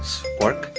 spork,